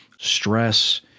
stress